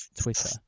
Twitter